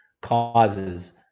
causes